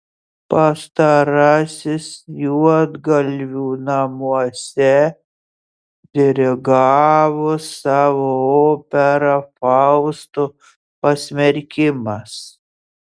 pastarasis juodgalvių namuose dirigavo savo operą fausto pasmerkimas